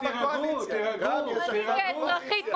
כאזרחית,